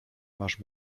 masz